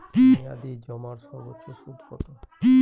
মেয়াদি জমার সর্বোচ্চ সুদ কতো?